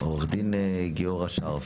עו"ד גיורא שרף,